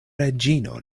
reĝino